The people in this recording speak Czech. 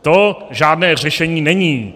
To žádné řešení není.